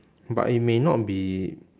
but it may not be